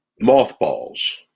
Mothballs